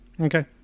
okay